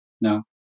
No